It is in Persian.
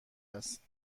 است